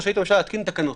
רשאית הממשלה להתקין תקנות.